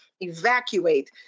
evacuate